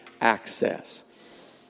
access